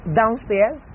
downstairs